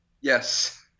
yes